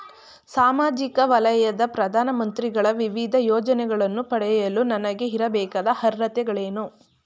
ಸಾಮಾಜಿಕ ವಲಯದ ಪ್ರಧಾನ ಮಂತ್ರಿಗಳ ವಿವಿಧ ಯೋಜನೆಗಳನ್ನು ಪಡೆಯಲು ನನಗೆ ಇರಬೇಕಾದ ಅರ್ಹತೆಗಳೇನು?